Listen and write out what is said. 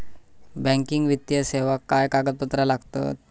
Banking वित्तीय सेवाक काय कागदपत्र लागतत?